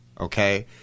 Okay